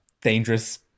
dangerous